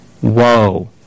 Whoa